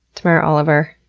tamara oliver,